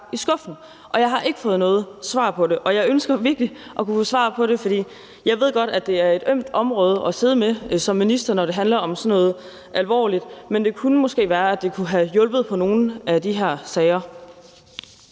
i skuffen, og jeg har ikke fået noget svar på det. Jeg ønsker virkelig, at kunne få svar på det. Jeg ved godt, det er et ømt område at sidde med som minister, altså når det handler om sådan noget alvorligt noget, men det kunne måske være, at det kunne have hjulpet på nogle af de her sager.